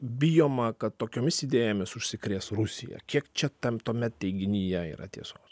bijoma kad tokiomis idėjomis užsikrės rusija kiek čia tam tame teiginyje yra tiesos